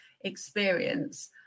experience